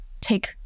take